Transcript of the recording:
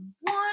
one